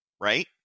right